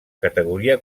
categoria